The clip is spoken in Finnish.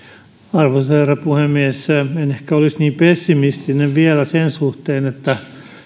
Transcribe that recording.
arvoisa herra puhemies en ehkä vielä olisi niin pessimistinen sen suhteen että